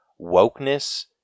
wokeness